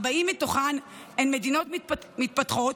40 מתוכן הן מדינות מתפתחות,